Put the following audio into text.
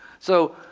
so,